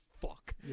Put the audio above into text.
fuck